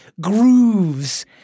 grooves